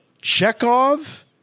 Chekhov